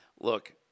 Look